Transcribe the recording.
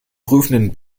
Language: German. prüfenden